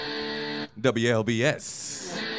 WLBS